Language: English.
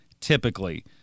typically